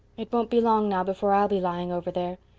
it won't be long now before i'll be lying over there.